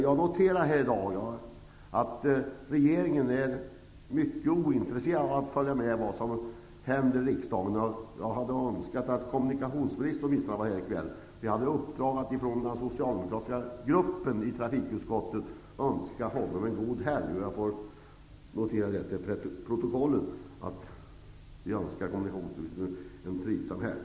Jag noterar i dag att regeringen är mycket ointresserad av att följa med vad som händer i riksdagen. Jag hade önskat att kommunikationsministern åtminstone hade varit här i kväll. Vi hade i uppdrag att ifrån den socialdemokratiska gruppen i trafikutskottet önska honom en god helg. Jag vill ha det noterat till protokollet att vi önskar kommunikationsministern en trivsam helg.